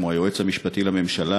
כמו היועץ המשפטי לממשלה,